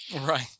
Right